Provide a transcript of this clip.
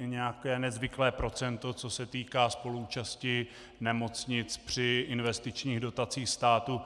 nějaké nezvyklé procento, co se týká spoluúčasti nemocnic při investičních dotacích státu.